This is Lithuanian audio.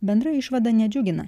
bendra išvada nedžiugina